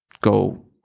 go